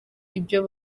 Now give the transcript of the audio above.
ibyo